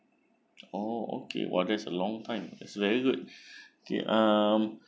oh okay !wah! that's a long time it's very good okay um